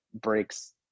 breaks